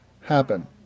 happen